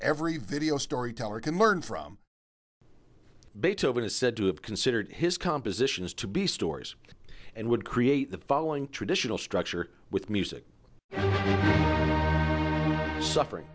every video storyteller can learn from beethoven is said to have considered his compositions to be stories and would create the following traditional structure with music suffering